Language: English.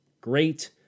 great